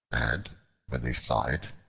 and when they saw it,